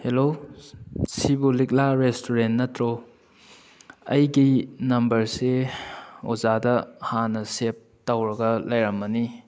hello ꯁꯤꯕꯨ ꯂꯤꯛꯂꯥ restaurant ꯅꯠꯇ꯭ꯔꯣ ꯑꯩꯒꯤ ꯅꯝꯕꯔꯁꯦ ꯑꯣꯖꯥꯗ ꯍꯥꯟꯅ ꯁꯦꯕ ꯇꯧꯔꯒ ꯂꯩꯔꯝꯂꯅꯤ